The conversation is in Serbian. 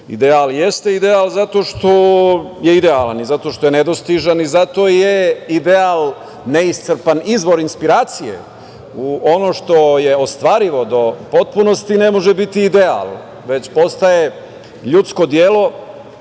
Ideal jeste ideal zato što je idealan i zato što je nedostižan i zato je ideal neiscrpan izvor inspiracije. Ono što je ostvarivo do potpunosti ne može biti ideal, već postaje ljudsko delo